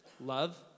Love